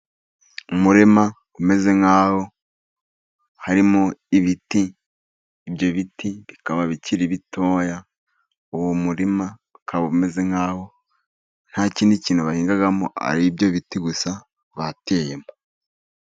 Umurima umeze nk'aho harimo ibiti, ibyo biti bikaba bikiri bitoya, uwo murima ukaba umeze nk'aho nta kindi kintu bahingamo, ari ibyo biti gusa bateyemo.